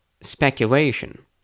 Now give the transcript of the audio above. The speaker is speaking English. speculation